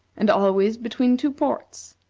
and always between two ports,